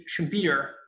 Schumpeter